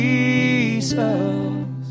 Jesus